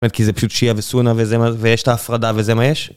באמת כי זה פשוט שיע וסונה וזה מה, ויש את ההפרדה וזה מה יש?